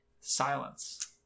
Silence